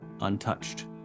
untouched